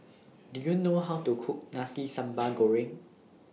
Do YOU know How to Cook Nasi Sambal Goreng